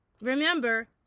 Remember